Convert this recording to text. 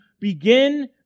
begin